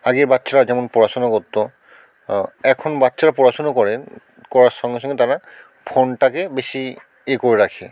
আগে বাচ্চারা যেমন পড়াশোনা করত এখন বাচ্চারা পড়াশোনা করে করার সঙ্গে সঙ্গে তারা ফোনটাকে বেশি ইয়ে করে রাখে